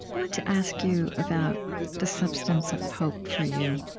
i wanted to ask you about the substance of hope, for you